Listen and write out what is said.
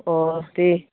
अ दे